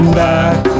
back